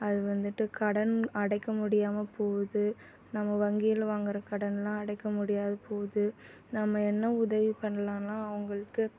அது வந்துட்டு கடன் அடைக்க முடியாமல் போகுது நாம் வங்கியில் வாங்குகிற கடன்லாம் அடைக்க முடியாது போது நம்ம என்ன உதவி பண்ணலாம்னா அவங்களுக்கு